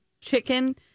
chicken